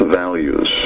values